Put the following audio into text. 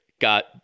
Got